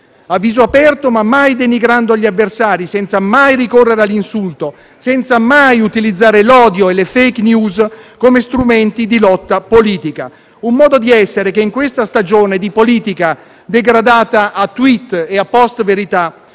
a viso aperto, ma mai denigrando gli avversari, senza mai ricorrere all'insulto, senza mai utilizzare l'odio e le *fake news* come strumenti di lotta politica. Un modo di essere che, in questa stagione di politica degradata a *tweet* e a *post* verità,